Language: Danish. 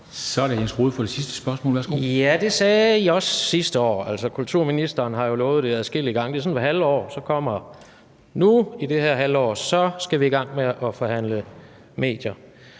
Så er det Jens Rohde med det sidste spørgsmål. Værsgo. Kl. 14:19 Jens Rohde (KD): Det sagde I også sidste år. Kulturministeren har jo lovet det adskillige gange. Det er sådan hvert halve år, så kommer det: Nu, i det her halvår, skal vi i gang med at forhandle medier.